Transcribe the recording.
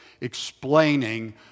explaining